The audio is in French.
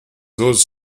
oses